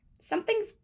something's